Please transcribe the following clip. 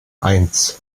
eins